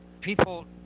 people